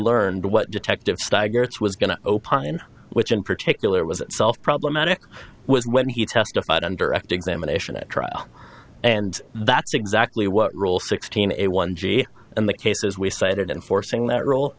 learned what detective stagger its was going to opine which in particular was itself problematic was when he testified on direct examination at trial and that's exactly what rule sixteen a one g and the cases we cited enforcing that rule